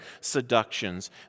seductions